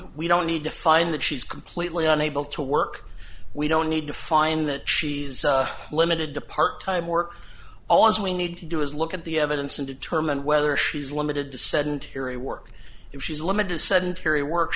we don't need to find that she's completely unable to work we don't need to find that she's limited to part time work all as we need to do is look at the evidence and determine whether she's limited to sedentary work if she's limited sedentary work